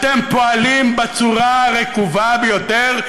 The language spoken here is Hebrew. אתם פועלים בצורה הרקובה ביותר,